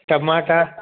टमाटा